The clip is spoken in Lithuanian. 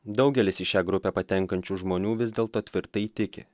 daugelis į šią grupę patenkančių žmonių vis dėlto tvirtai tiki